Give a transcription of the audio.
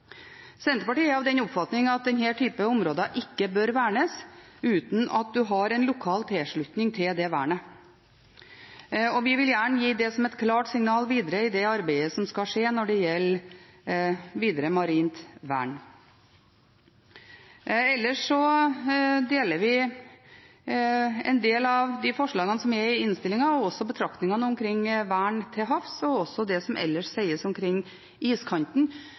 Senterpartiet er av den oppfatning at denne typen områder ikke bør vernes uten at man har en lokal tilslutning til det vernet, og vi vil gjerne gi det som et klart signal i det arbeidet som skal skje med hensyn til videre marint vern. Ellers er vi enig i en del av forslagene i innstillingen, også i betraktningene omkring vern til havs og det som ellers sies om iskanten.